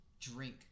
drink